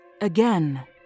Again